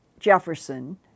Jefferson